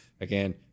Again